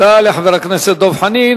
תודה לחבר הכנסת דב חנין.